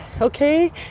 okay